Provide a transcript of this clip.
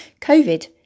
Covid